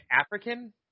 African